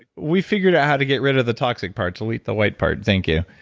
we figured out how to get rid of the toxic part to eat the white part. thank you.